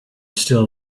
still